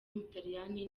w’umutaliyani